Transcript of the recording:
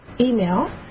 email